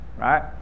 right